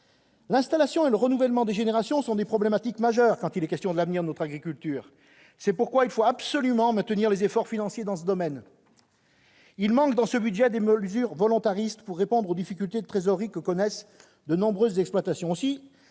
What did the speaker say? L'installation et le renouvellement des générations sont des problématiques majeures quand il est question de l'avenir de notre agriculture. C'est pourquoi il faut absolument maintenir les efforts financiers dans ce domaine. Il manque dans ce budget des mesures volontaristes pour répondre aux difficultés de trésorerie que connaissent de nombreuses exploitations. Aussi,